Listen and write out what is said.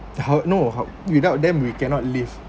how no how without them we cannot live